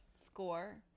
score